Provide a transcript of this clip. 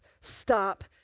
stop